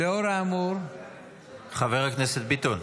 האמור -- חבר הכנסת ביטון.